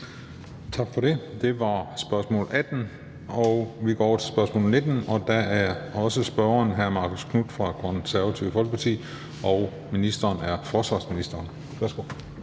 Tak for det. Det var spørgsmål 18. Vi går over til spørgsmål 19, og der er spørgsmålet også af hr. Marcus Knuth fra Det Konservative Folkeparti, og ministeren er forsvarsministeren.